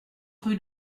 rue